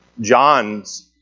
John's